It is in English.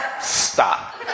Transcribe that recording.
stop